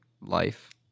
life